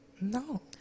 No